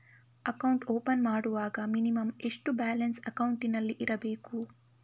Account open ಮಾಡುವಾಗ minimum ಎಷ್ಟು balance ಅಕೌಂಟಿನಲ್ಲಿ ಇರಬೇಕು?